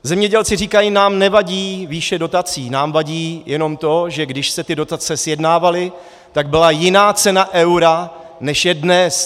Zemědělci říkají: nám nevadí výše dotací, nám vadí jenom to, že když se ty dotace sjednávaly, tak byla jiná cena eura, než je dnes.